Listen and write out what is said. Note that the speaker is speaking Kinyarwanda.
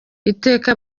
iteka